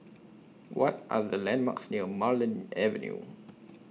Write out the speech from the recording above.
What Are The landmarks near Marlene Avenue